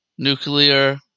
Nuclear